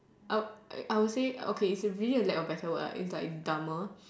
I would I would say okay it's like really lack of a better word it's like dumber